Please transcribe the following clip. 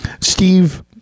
Steve